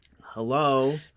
Hello